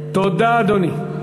תודה, אדוני.